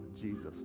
Jesus